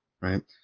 right